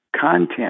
content